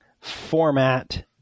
format